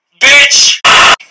bitch